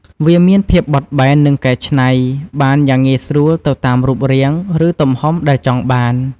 វាមានភាពបត់បែន និងកែច្នៃ បានយ៉ាងងាយស្រួលទៅតាមរូបរាង ឬទំហំដែលចង់បាន។